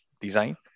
design